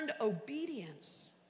obedience